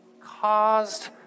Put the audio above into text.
caused